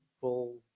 full